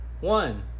One